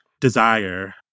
desire